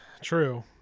True